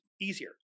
easier